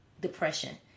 depression